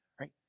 right